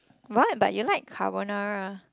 what but you like carbonara